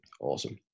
Awesome